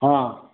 हां